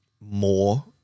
more